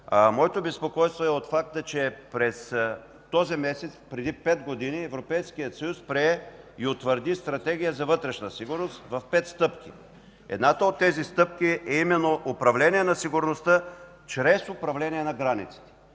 Моето безпокойство е от факта, че през този месец, преди пет години, Европейският съюз прие и утвърди Стратегия за вътрешна сигурност в пет стъпки. Едната от тези стъпки е именно управление на сигурността чрез управление на границата.